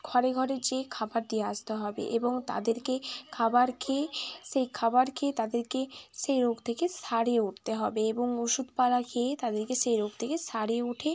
ঘরে ঘরে যেয়ে খাবার দিয়ে আসতে হবে এবং তাদেরকে খাবার খেয়ে সেই খাবার খেয়ে তাদেরকে সেই রোগ থেকে সারিয়ে উঠতে হবে এবং ওষুধপালা খেয়ে তাদেরকে সেই রোগ থেকে সারিয়ে উঠে